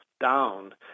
down